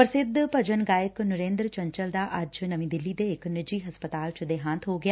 ਪ੍ਰਸਿੱਧ ਭਜਨ ਗਾਇਕ ਨਰੇਦਰ ਚੰਚਲ ਦਾ ਅੱਜ ਨਵੀ ਦਿੱਲੀ ਦੇ ਇਕ ਨਿੱਜੀ ਹਸਪਤਾਲ ਚ ਦੇਹਾਂਤ ਹੋ ਗਿਆ